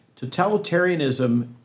Totalitarianism